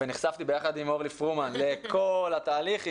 ונחשפתי ביחד עם אורלי פרומן לכל התהליך,